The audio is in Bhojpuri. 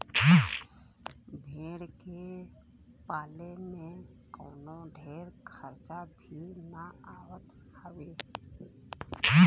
भेड़ के पाले में कवनो ढेर खर्चा भी ना आवत हवे